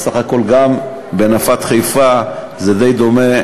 בסך הכול גם בנפת חיפה זה די דומה,